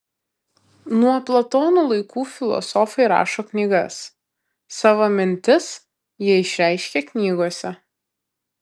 nuo platono laikų filosofai rašo knygas savo mintis jie išreiškia knygose